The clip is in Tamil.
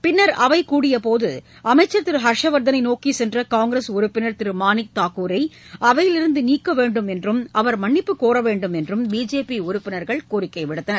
பின்னர் அவை கூடியபோது அமைச்சர் திரு ஹர்ஷ்வர்தனை நோக்கி சென்ற காங்கிரஸ் உறுப்பினர் திரு மாணிக்தாகூரை அவையிலிருந்து நீக்க வேண்டும் என்றும் அவர் மன்னிப்புகோர வேண்டும் என்றும் பிஜேபி உறுப்பினர்கள் கோரினர்